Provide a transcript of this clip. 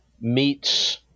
meets